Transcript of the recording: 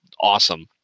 awesome